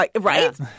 Right